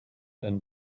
and